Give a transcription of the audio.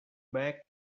back